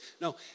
No